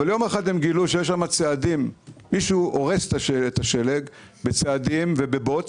אבל יום אחד הם גילו שיש שם צעדים; מישהו הורס את השלג בצעדים ובבוץ,